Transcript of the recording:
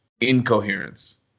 incoherence